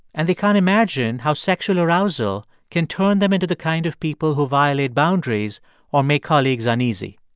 and they can't imagine how sexual arousal can turn them into the kind of people who violate boundaries or make colleagues uneasy